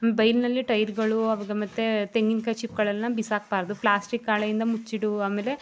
ಬೈಲಿನಲ್ಲಿ ಟೈರ್ಗಳು ಅವಾಗ ಮತ್ತೆ ತೆಂಗಿನ ಕಾಯಿ ಚಿಪ್ಪುಗಳೆಲ್ಲಾ ಬಿಸಾಕಬಾರ್ದು ಪ್ಲ್ಯಾಸ್ಟಿಕ್ ಹಾಳೆಯಿಂದ ಮುಚ್ಚಿಡುವ ಆಮೇಲೆ